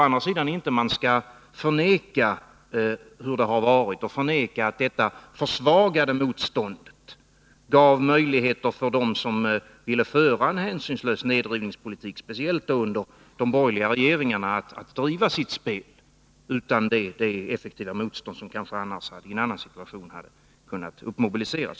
Å andra sidan tycker jag inte att man skall förneka hur det har varit och förneka att detta försvagade motstånd gav möjligheter för dem som ville föra en hänsynslös nedrivningspolitik, speciellt under de borgerliga regeringarnas tid, att driva sitt spel. I en annan situation hade det kanske kunnat mobiliseras ett annat och effektivare motstånd.